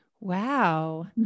Wow